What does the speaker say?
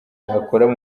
yakoraga